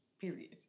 Period